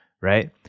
Right